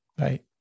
right